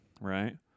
right